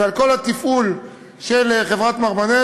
וכל התפעול של חברת "מרמנת",